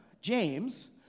James